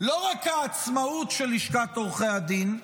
לא רק העצמאות של לשכת עורכי הדין,